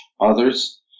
others